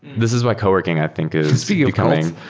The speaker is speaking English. this is why co-working i think is becoming